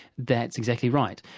that's exactly right.